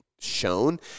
Shown